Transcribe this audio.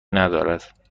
ندارد